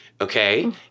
Okay